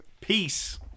peace